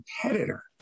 competitor